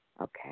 okay